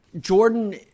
Jordan